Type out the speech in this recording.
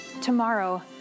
tomorrow